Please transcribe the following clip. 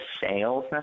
sales